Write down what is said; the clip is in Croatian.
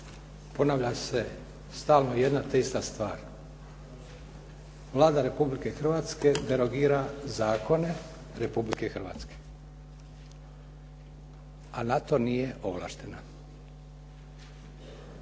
ponavlja se stalno jedna te ista stvar. Vlada Republike Hrvatske derogira zakone Republike Hrvatske a na to nije ovlaštena.